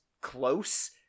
close